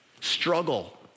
Struggle